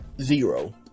zero